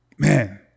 Man